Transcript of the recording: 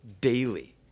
daily